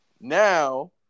Now